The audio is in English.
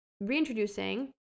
reintroducing